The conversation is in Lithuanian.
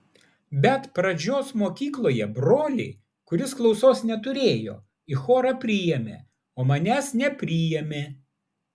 bet pradžios mokykloje brolį kuris klausos neturėjo į chorą priėmė o manęs nepriėmė